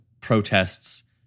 protests